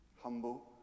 humble